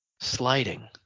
sliding